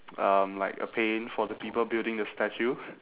um like a pain for the people building the statue